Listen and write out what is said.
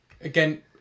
Again